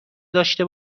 داشته